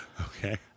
Okay